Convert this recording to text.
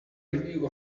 review